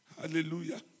Hallelujah